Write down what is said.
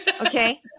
Okay